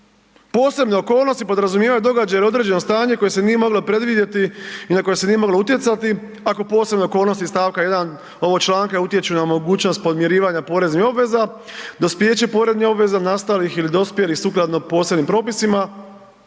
Posebne okolnosti podrazumijevaju događaje ili određeno stanje koje se nije moglo predvidjeti i na koje se nije moglo utjecati, ako posebne okolnosti iz stavka 1. ovog članka utječu na mogućnost podmirivanja poreznih obveza, dospijeće poreznih obveza, nastalih ili dospjelih sukladno posebnim propisima,